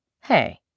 Hey